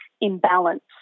imbalance